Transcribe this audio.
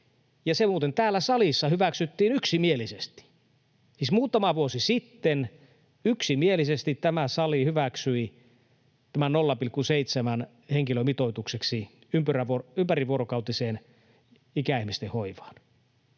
ja se muuten täällä salissa hyväksyttiin yksimielisesti. Siis muutama vuosi sitten yksimielisesti tämä sali hyväksyi tämän 0,7:n henkilömitoitukseksi ympärivuorokautiseen ikäihmisten hoivaan.